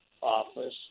office